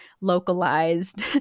localized